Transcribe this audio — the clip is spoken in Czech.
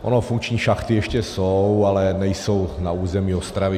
Ono funkční šachty ještě jsou, ale nejsou na území Ostravy.